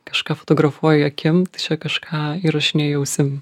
kažką fotografuoji akim tai čia kažką įrašinėji ausim